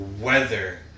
weather